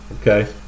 Okay